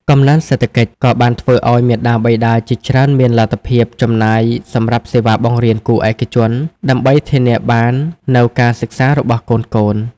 កំណើនសេដ្ឋកិច្ចក៏បានធ្វើឲ្យមាតាបិតាជាច្រើនមានលទ្ធភាពចំណាយសម្រាប់សេវាបង្រៀនគួរឯកជន ដើម្បីធានាបាននូវការសិក្សារបស់កូនៗ។